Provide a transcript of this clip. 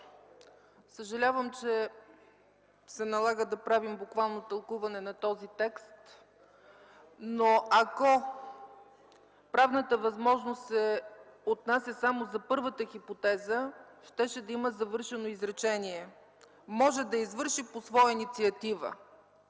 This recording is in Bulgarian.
съжалявам, че се налага да правим буквално тълкуване на този текст, но ако правната възможност се отнася само за първата хипотеза, щеше да има завършено изречение – може да я извърши по своя инициатива.